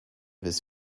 this